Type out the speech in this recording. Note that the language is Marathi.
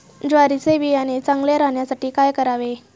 ज्वारीचे बियाणे चांगले राहण्यासाठी काय करावे?